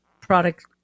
product